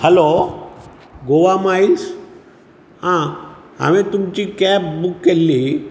hello Goa miles आं हांवे तुमचीं केब बुक केल्ली